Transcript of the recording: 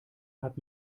hat